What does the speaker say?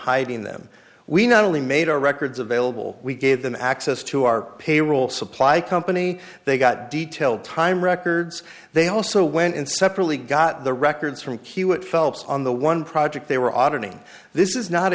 hiding them we not only made our records available we gave them access to our payroll supply company they got detailed time records they also went in separately got the records from q what phelps on the one project they were auditing this is not